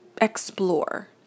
explore